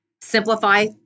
simplify